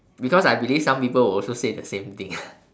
because I believe some people will also say the same thing ah